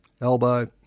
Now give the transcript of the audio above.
elbow